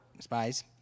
spies